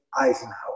Eisenhower